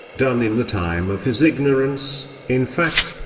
done in the time of his ignorance, in fact,